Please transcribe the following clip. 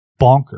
bonkers